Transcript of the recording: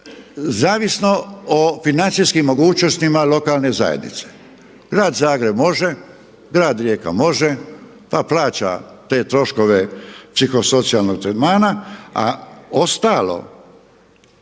zavisno o financijskim mogućnostima lokalne zajednice grad Zagreb može, grad Rijeka može pa plaća te troškove psiho socijalnog tretmana, a ostalo